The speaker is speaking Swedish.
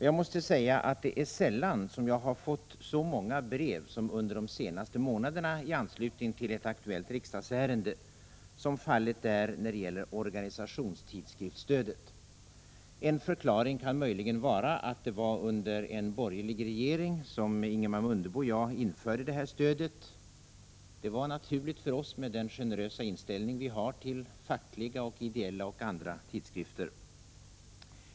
Jag har sällan fått så många brev i anslutning till ett aktuellt riksdagsärende som under de senaste månderna, då saken gällt organisationstidskriftsstödet. En förklaring kan möjligen vara att det var under en borgerlig regering som Ingemar Mundebo och jag införde det här stödet. Det var naturligt för oss med den generösa inställning vi har till fackliga, ideella och andra tidskrifter.